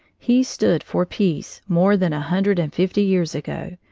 he stood for peace more than a hundred and fifty years ago,